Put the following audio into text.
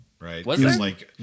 Right